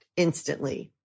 Instantly